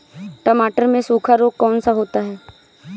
टमाटर में सूखा रोग कौन सा होता है?